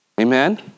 Amen